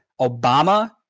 Obama